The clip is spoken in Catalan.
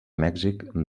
mèxic